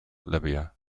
libya